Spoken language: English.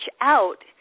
out